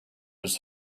was